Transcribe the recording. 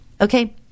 Okay